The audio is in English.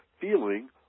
feeling